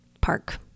park